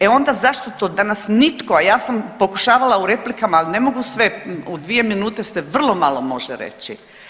E onda zašto to danas nitko, a ja sam pokušavala u replikama, al ne mogu sve, u dvije minute se vrlo malo može reći.